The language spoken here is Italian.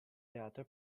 teatro